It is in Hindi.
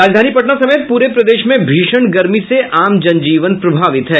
राजधानी पटना समेत प्रे प्रदेश में भीषण गर्मी से आम जनजीवन प्रभावित है